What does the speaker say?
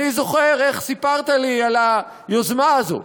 אני זוכר איך סיפרת לי על היוזמה הזו,